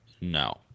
No